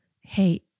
hey